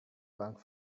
bank